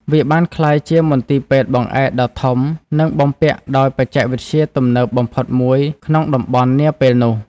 វាបានក្លាយជាមន្ទីរពេទ្យបង្អែកដ៏ធំ និងបំពាក់ដោយបច្ចេកវិទ្យាទំនើបបំផុតមួយក្នុងតំបន់ នាពេលនោះ។